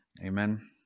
Amen